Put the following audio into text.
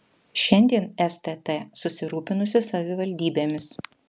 šiandien stt susirūpinusi savivaldybėmis